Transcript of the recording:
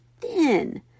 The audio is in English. thin